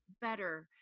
better